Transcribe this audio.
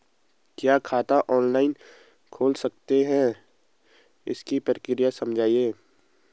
क्या खाता ऑनलाइन खोल सकते हैं इसकी प्रक्रिया समझाइए?